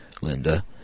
Linda